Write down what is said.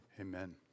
Amen